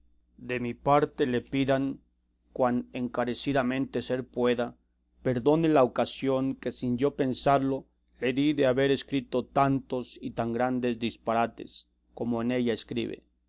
de mi parte le pidan cuan encarecidamente ser pueda perdone la ocasión que sin yo pensarlo le di de haber escrito tantos y tan grandes disparates como en ella escribe